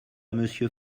monsieur